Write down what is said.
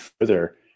further